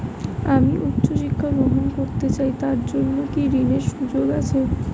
আমি উচ্চ শিক্ষা গ্রহণ করতে চাই তার জন্য কি ঋনের সুযোগ আছে?